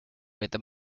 with